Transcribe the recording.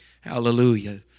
Hallelujah